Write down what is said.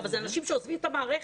אבל אלה אנשים שעוזבים את המערכת,